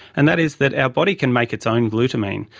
and that is that our body can make its own glutamine.